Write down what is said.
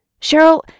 Cheryl